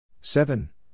Seven